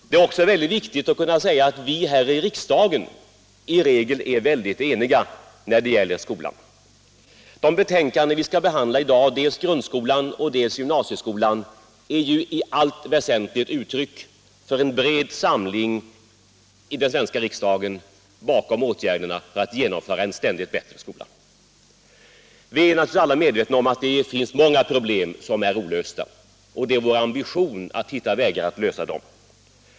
Det är också mycket viktigt att kunna säga att vi här i riksdagen i regel är tämligen eniga när det gäller skolan. De betänkanden vi skall behandla i dag — de gäller dels grundskolan, dels gymnasieskolan — är i allt väsentligt uttryck för en bred samling i den svenska riksdagen bakom skolpolitiken. Vi är naturligtvis alla medvetna om att det finns många problem som ärolösta. Det är vår ambition att hitta vägar att lösa dem.